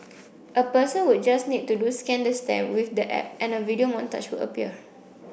a person would just need to do scan the stamp with the app and a video montage would appear